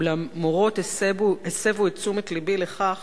אולם מורות הסבו תשומת לבי לכך